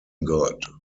god